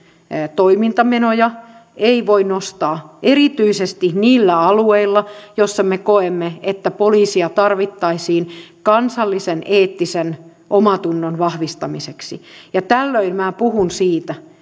toimintamenoja ei voi nostaa erityisesti niillä alueilla joilla me koemme että poliisia tarvittaisiin kansallisen eettisen omantunnon vahvistamiseksi tällöin minä puhun siitä